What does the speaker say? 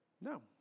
No